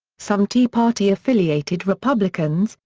some tea party affiliated republicans,